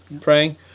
praying